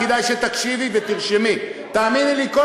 מירב,